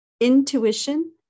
Intuition